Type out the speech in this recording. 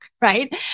right